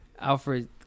Alfred